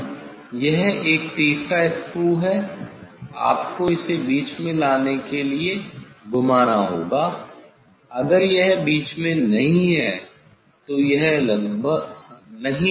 अब यह एक तीसरा स्क्रू है आपको इसे बीच में लाने के लिए घुमाना होगा अगर यह बीच में नहीं है तो